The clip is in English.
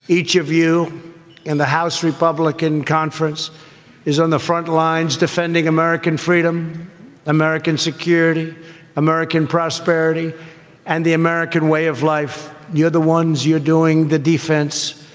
each of you in the house republican conference is on the front lines defending american freedom american security american prosperity and the american way of life. you're the ones you're doing the defense.